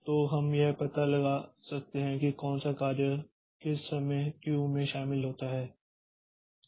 तो हम यह पता लगा सकते हैं कि कौन सा कार्य किस समय क्यू में शामिल होता है